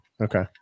Okay